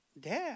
dad